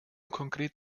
konkret